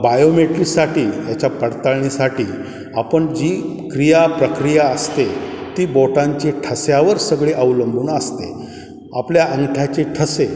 बायोमेट्रिसाठी ह्याच्या पडताळणीसाठी आपण जी क्रिया प्रक्रिया असते ती बोटांची ठश्यावर सगळी अवलंबून असते आपल्या अंगठ्याचे ठसे